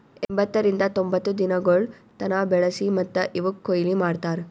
ಎಂಬತ್ತರಿಂದ ತೊಂಬತ್ತು ದಿನಗೊಳ್ ತನ ಬೆಳಸಿ ಮತ್ತ ಇವುಕ್ ಕೊಯ್ಲಿ ಮಾಡ್ತಾರ್